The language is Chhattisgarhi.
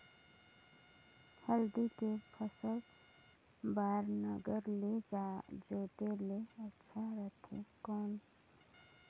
हल्दी के फसल बार नागर ले जोते ले अच्छा रथे कौन?